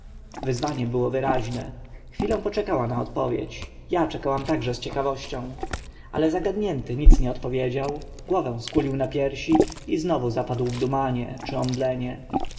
wyzwanie było wyraźne chwilę poczekała na odpowiedź ja czekałam także z ciekawością ale zagadnięty nic nie odpowiedział głowę skłonił na piersi i znów zapadł w dumanie czy